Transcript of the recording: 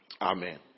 Amen